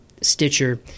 Stitcher